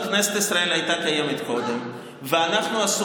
אני לא מפריעה יותר, תמשיך לדבר.